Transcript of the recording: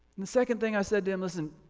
the second thing i said to him listen,